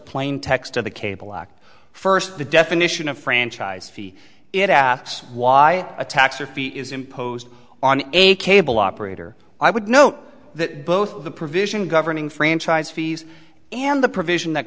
plain text of the cable act first the definition of franchise fee it asks why a tax or fee is imposed on a cable operator i would note that both the provision governing franchise fees and the provision that